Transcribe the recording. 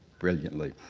brilliantly.